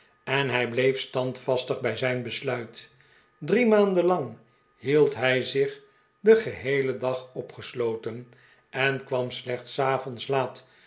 en hij bleef standvastig bij zijn besluit drie maanden lang hield hij zich den geheelen dag opgesloten en kwam slechts s avonds laat